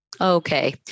Okay